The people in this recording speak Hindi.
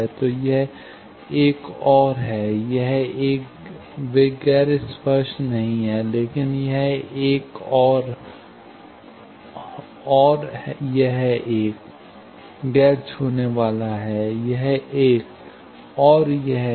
तो यह एक और यह एक वे गैर स्पर्श नहीं हैं लेकिन यह एक और यह एक गैर छूने वाला है यह एक और यह एक